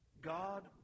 God